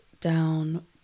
down